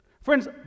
friends